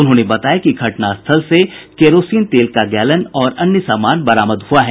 उन्होंने बताया कि घटनास्थल से केरोसीन तेल का गैलन और अन्य सामान बरामद हुआ है